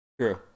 True